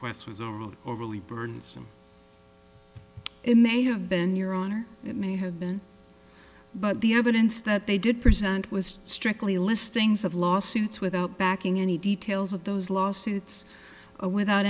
request was overruled overly burdensome it may have been your honor it may have been but the evidence that they did present was strictly listings of lawsuits without backing any details of those lawsuits without